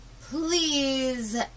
Please